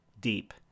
deep